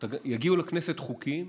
חוקים